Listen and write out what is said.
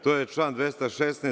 To je član 216.